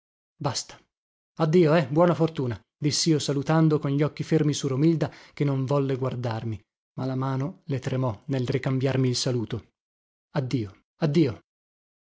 basta addio eh buona fortuna dissio salutando con gli occhi fermi su romilda che non volle guardarmi ma la mano le tremò nel ricambiarmi il saluto addio addio